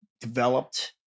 developed